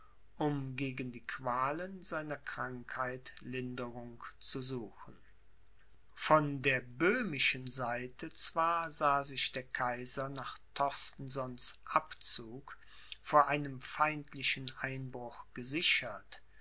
um gegen die qualen seiner krankheit linderung zu suchen von der böhmischen seite zwar sah sich der kaiser nach torstensons abzug vor einem feindlichen einbruch gesichert